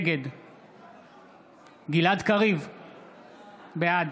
נגד גלעד קריב, בעד